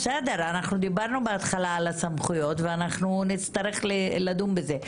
אנחנו דיברנו בהתחלה על הסמכויות ואנחנו נצטרך לדון בזה.